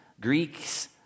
Greeks